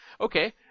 Okay